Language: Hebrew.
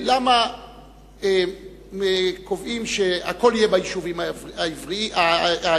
למה קובעים שהכול יהיה ביישובים היהודיים,